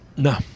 No